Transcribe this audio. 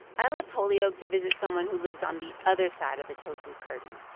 i left holyoke to visit someone who lives on the other side of the tofu curtain.